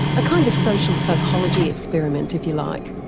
a kind of social psychology experiment if you like.